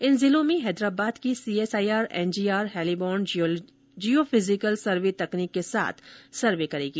इन जिलों में हैदराबाद की CSIR NGR heliborne geophysical survey तकनीक के साथ सर्वे करेगी